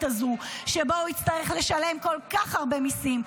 הזו שבה הוא יצטרך לשלם כל כך הרבה מיסים.